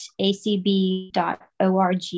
acb.org